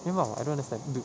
memang I don't understand dude